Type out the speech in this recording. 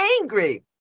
angry